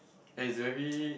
and is very